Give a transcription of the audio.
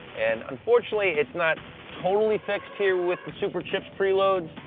and, unfortunately, it's not totally fixed here with the superchips pre-load.